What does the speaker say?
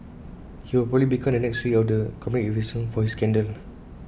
he will probably become the next C E O of the company if IT wasn't for his scandal